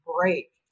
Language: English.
break